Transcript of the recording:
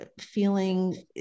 feeling